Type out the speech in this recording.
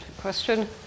Question